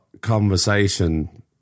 conversation